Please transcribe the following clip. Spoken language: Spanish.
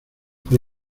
por